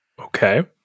Okay